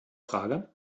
frage